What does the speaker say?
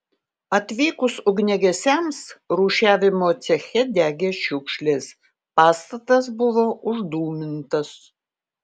atvykus ugniagesiams rūšiavimo ceche degė šiukšlės pastatas buvo uždūmintas